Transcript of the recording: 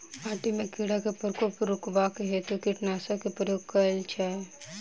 माटि मे कीड़ा केँ प्रकोप रुकबाक हेतु कुन कीटनासक केँ प्रयोग कैल जाय?